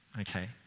Okay